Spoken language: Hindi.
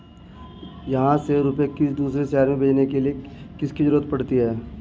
यहाँ से रुपये किसी दूसरे शहर में भेजने के लिए किसकी जरूरत पड़ती है?